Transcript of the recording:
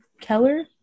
Keller